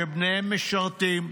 שבניהם משרתים,